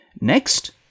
Next